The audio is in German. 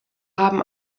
haben